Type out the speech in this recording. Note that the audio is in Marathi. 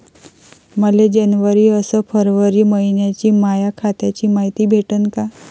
मले जनवरी अस फरवरी मइन्याची माया खात्याची मायती भेटन का?